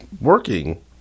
working